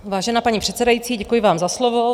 Vážená paní předsedající, děkuji vám za slovo.